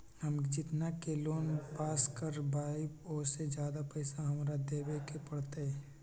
हम जितना के लोन पास कर बाबई ओ से ज्यादा पैसा हमरा देवे के पड़तई?